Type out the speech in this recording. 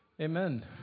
Amen